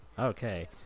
Okay